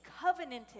covenanted